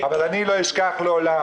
אבל אני לא אשכח לעולם,